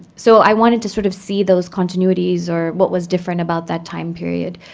so i wanted to sort of see those continuities or what was different about that time period.